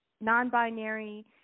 non-binary